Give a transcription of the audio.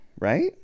right